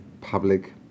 public